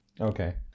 Okay